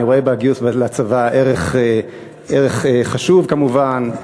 אני רואה בגיוס לצבא ערך חשוב, כמובן.